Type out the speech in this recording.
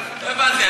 הבנתי.